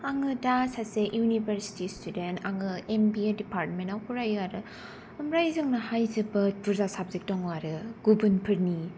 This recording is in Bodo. आङो दा सासे इउनिभारसिटी स्तुडेन्ट आङो एम बि ए दिपारटमेन्टआव फरायो आरो ओमफ्राय जोंनाहाय जोबोद बुर्जा साबजेक्ट दङ आरो गुबुनफोरनि